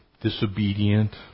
disobedient